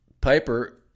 Piper